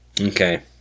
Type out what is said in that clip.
Okay